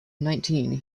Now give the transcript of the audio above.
nineteen